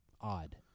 odd